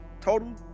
Total